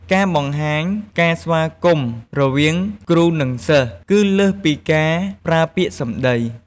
ការបង្ហាញការស្វាគមន៍រវាងគ្រូ និង សិស្សគឺលើសពីការប្រើពាក្យសម្ដី។